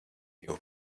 your